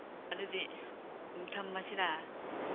ꯑꯗꯨꯗꯤ ꯎꯝ ꯊꯝꯃꯁꯤꯔ